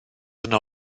yno